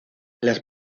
las